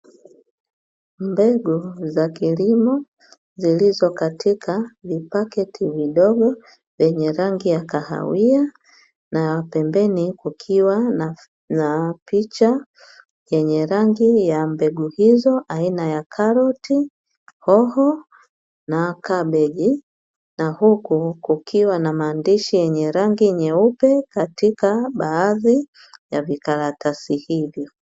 Mbegu za kilimo zilizo katika vipaketi vidogo yenye rangi ya kahawia na wa pembeni kukiwa na picha yenye rangi ya mbegu hizo aina ya karoti, hoho na kabichi na huku kukiwa na maandishi yenye rangi nyeupe katika baadhi ya vikaratasi hivi.